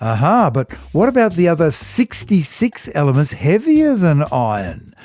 um ah but what about the other sixty six elements heavier than ah iron?